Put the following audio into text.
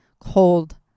cold